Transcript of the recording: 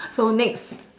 so next